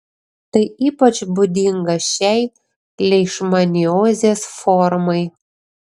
tai ypač būdinga šiai leišmaniozės formai